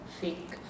fake